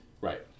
Right